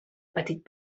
petit